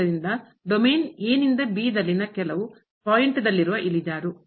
ಆದ್ದರಿಂದ ಡೊಮೇನ್ ನಿಂದ ದಲ್ಲಿ ಕೆಲವು ಪಾಯಿಂಟ್ ದಲ್ಲಿವ ಇಳಿಜಾರು